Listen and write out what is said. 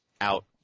out